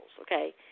okay